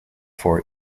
for